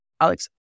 Alex